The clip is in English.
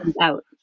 out